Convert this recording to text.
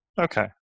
okay